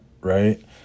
right